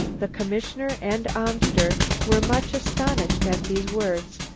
the commissioner and amster were much astonished at these words,